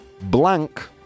Blank